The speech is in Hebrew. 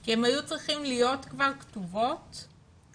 כי הם היו צריכות להיות כבר כתובות ובתוקף.